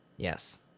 Yes